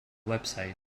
website